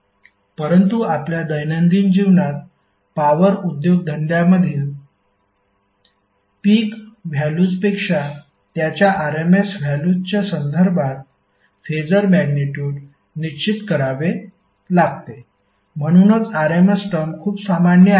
परंतु आपल्या दैनंदिन जीवनातपॉवर उद्योगधंद्यामधील पीक व्हॅल्यूजपेक्षा त्याच्या RMS व्हॅल्यूजच्या संदर्भात फेसर मॅग्निट्युड निश्चित करावे लागते म्हणूनच RMS टर्म खूप सामान्य आहे